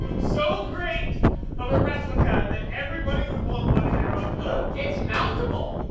so great of a replica that everybody would want one in their own home. it's mountable.